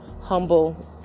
humble